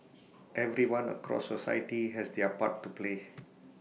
everyone across society has their part to play